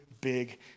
big